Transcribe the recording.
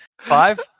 Five